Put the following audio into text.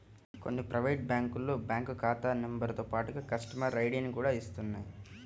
కొన్ని ప్రైవేటు బ్యాంకులు బ్యాంకు ఖాతా నెంబరుతో పాటుగా కస్టమర్ ఐడిని కూడా ఇస్తున్నాయి